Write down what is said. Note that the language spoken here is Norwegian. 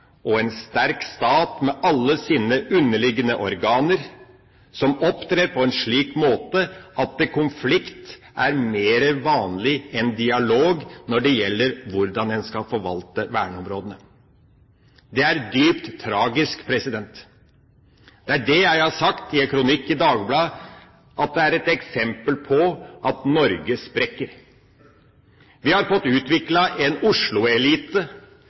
og en sterk stat med alle sine underliggende organer, som opptrer på en slik måte at konflikt er mer vanlig enn dialog når det gjelder hvordan en skal forvalte verneområdene. Det er dypt tragisk. Det er det jeg har sagt i en kronikk i Dagbladet at er et eksempel på at Norge sprekker. Vi har fått utviklet en